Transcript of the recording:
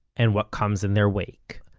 and what comes in their wake.